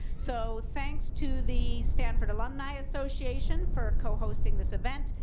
so thanks to the stanford alumni association for co-hosting this event.